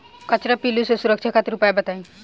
कजरा पिल्लू से सुरक्षा खातिर उपाय बताई?